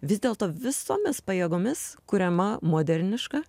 vis dėlto visomis pajėgomis kuriama moderniška